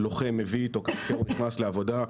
לוחם מביא איתו כשהוא נכנס לעבודה,